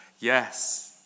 yes